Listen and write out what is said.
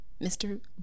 Mr